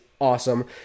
awesome